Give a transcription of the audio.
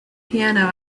piano